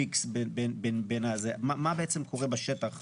מה קורה בשטח?